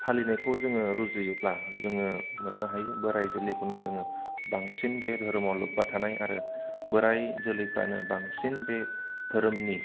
फालिनायखौ जोङो रुजुयोब्ला जोङो मोननो हायो बोराइ जोलैखौनो जोङो बांसिन बे धोरोमाव लोब्बा थानाय आरो बोराइ जोलैफ्रानो बांसिन बे धोरोमनि